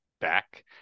back